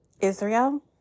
israel